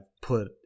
put